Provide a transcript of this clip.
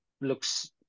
looks